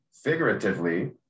figuratively